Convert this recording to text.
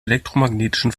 elektromagnetischen